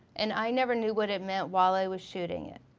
and i never knew what it meant while i was shooting it.